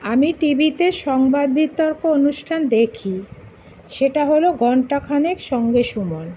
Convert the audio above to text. আমি টি ভিতে সংবাদ বিতর্ক অনুষ্ঠান দেখি সেটা হল ঘণ্টাখানেক সঙ্গে সুমন